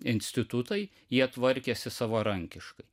institutai jie tvarkėsi savarankiškai